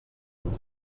and